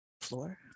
floor